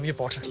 pot